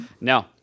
No